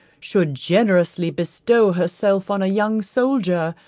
should generously bestow herself on a young soldier,